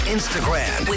Instagram